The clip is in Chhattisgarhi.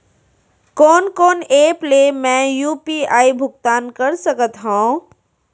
कोन कोन एप ले मैं यू.पी.आई भुगतान कर सकत हओं?